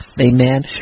Amen